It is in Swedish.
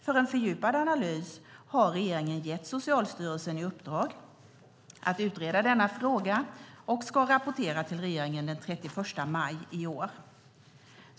För en fördjupad analys har regeringen gett Socialstyrelsen i uppdrag att utreda denna fråga och rapportera till regeringen den 31 maj i år.